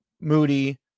Moody